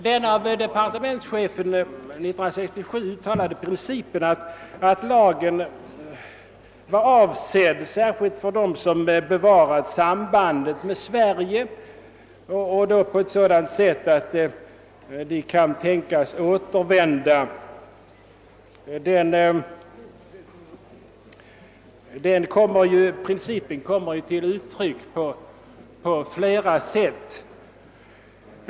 Den av departementschefen 1967 uttalade principen, att lagen är avsedd särskilt för dem som bevarat sambandet med Sverige på ett sådant sätt att de kan tänkas återvända, kan ges tilllämpning på flera olika grunder.